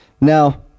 Now